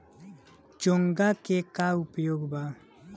चोंगा के का उपयोग बा?